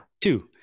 two